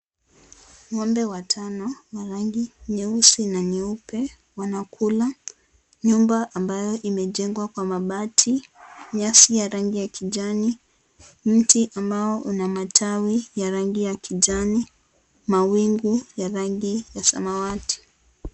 Ngombe watano wa rangi nyeusi na nyeupe wanakula, ngumba ambayo imejengwa kwa mabati, nyasi ya rangi ya kijani, mti ambao una matawi ya rangi ya kijani, mawingu ya rangi ya samawati.